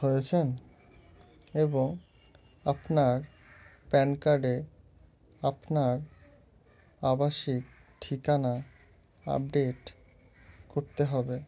হয়েছেন এবং আপনার প্যান কার্ডে আপনার আবাসিক ঠিকানা আপডেট করতে হবে